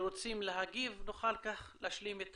שרוצים להגיב ונוכל כך להשלים את